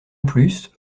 plus